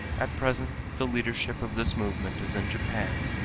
at present the leadership of this movement is in japan.